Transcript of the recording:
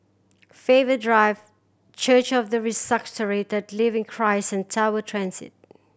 Faber Drive Church of the Resurrected Living Christ and Tower Transit